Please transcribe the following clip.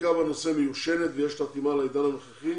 החקיקה בנושא מיושנת ולא מתאימה לעידן הנוכחי